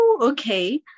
Okay